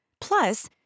Plus